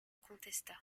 contesta